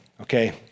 okay